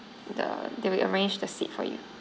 the they'll arrange the seat for you